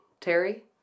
Terry